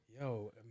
Yo